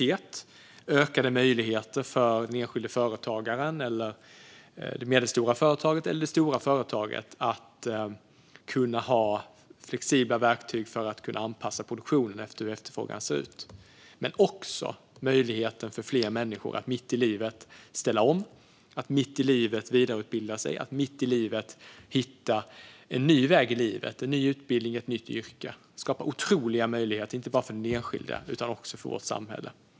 Det är ökade möjligheter för den enskilde företagaren, det medelstora företaget eller det stora företaget att ha flexibla verktyg för att kunna anpassa produktionen efter hur efterfrågan ser ut. Men det är också en möjlighet för fler människor att mitt i livet ställa om, att mitt i livet vidareutbilda sig, att mitt i livet hitta en ny väg i livet, en ny utbildning, ett nytt yrke. Detta skapar otroliga möjligheter inte bara för den enskilde utan också för vårt samhälle.